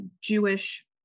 Jewish